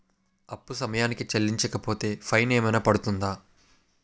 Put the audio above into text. అప్పు సమయానికి చెల్లించకపోతే ఫైన్ ఏమైనా పడ్తుంద?